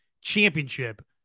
championship